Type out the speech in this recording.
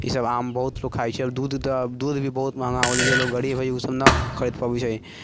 ई सभ आम बहुत लोग खाइ छै आओर दूध तऽ दूध भी बहुत महँगा होलो छै लोग गरीब होइ उ सभ नहि ख खरीद पबै छै